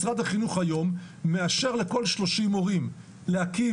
משרד החינוך היום מאשר לכל 30 מורים להקים